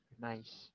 Nice